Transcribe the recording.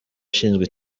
ushinzwe